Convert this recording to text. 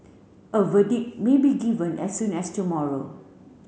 a verdict may be given as soon as tomorrow